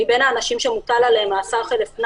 מבין האנשים שמוטל עליהם מאסר חלף קנס